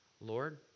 Lord